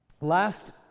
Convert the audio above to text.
last